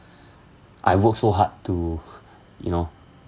I work so hard to you know